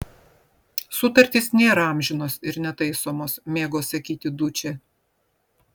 sutartys nėra amžinos ir netaisomos mėgo sakyti dučė